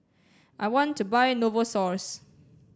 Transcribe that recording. I want to buy Novosource